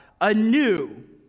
anew